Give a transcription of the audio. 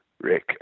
Rick